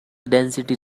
density